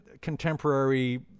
contemporary